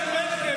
שקופים על ידיכם.